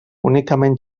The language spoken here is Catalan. únicament